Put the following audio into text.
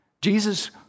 Jesus